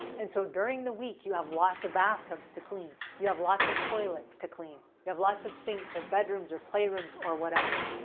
and so, during the week you have lots of bathtubs to clean. you have lots of toilets to clean. you have lots of sinks, or bedrooms, or playrooms, or whatever.